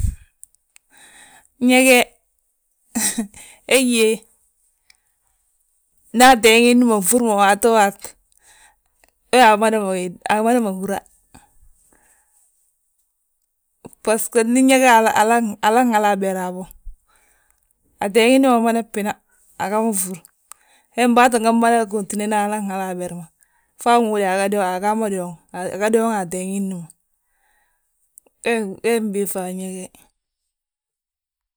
Ñég he, he gí ge ndi ateengi hilli ma nfúr ma waato waati, we amada ma húra. Bbasgo ñég halan hali aber habo, ateengi hi ma mada bbina, aga ma fúr. Hembe aa tti mada gontinena, halan hala aber ma. Fo aŋóode agaa ma doŋ, aga doŋ a teeng hilli ma, wee mmbiiŧa a ñég he.